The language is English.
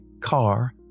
car